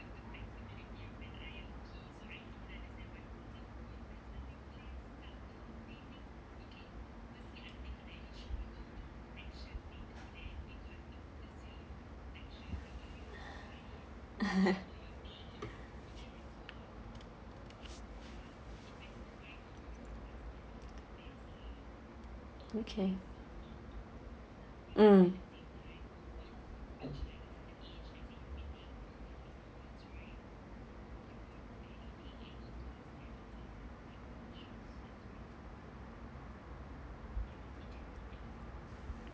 okay mm